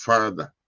Father